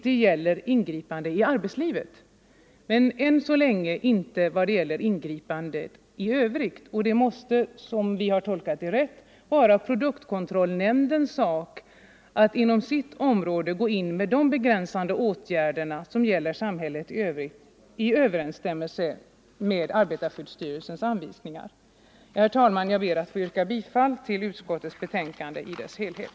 Det gäller ingripande i arbetslivet men än så länge inte ingripande i övrigt. Det måste, som vi har tolkat det, vara produktkontrollnämndens sak att inom sitt område gå in med de begränsande åtgärder som gäller samhället i övrigt i överensstämmelse med arbetarskyddstyrelsens anvisningar. Herr talman! Jag ber att få yrka bifall till utskottets hemställan i dess helhet.